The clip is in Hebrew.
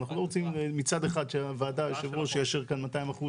אנחנו לא רוצים שמצד אחד היושב-ראש יאשר כאן 200%